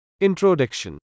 Introduction